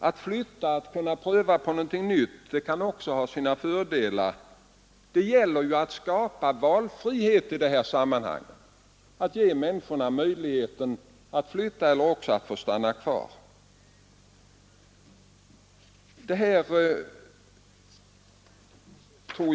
Att flytta, att pröva på någonting nytt, kan också ha sina fördelar. Det gäller att skapa valfrihet i detta sammanhang, att ge människorna möjlighet att flytta eller också stanna kvar.